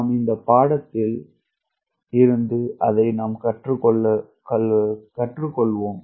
நாம் இந்த பாடத்தில் இருந்து அதை நாம் கற்று கொள்வோம்